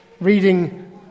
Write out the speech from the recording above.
reading